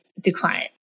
decline